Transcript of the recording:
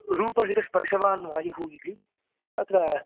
रूपहितस्स्पर्शवान् वायुः इति तत्र